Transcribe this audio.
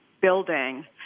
building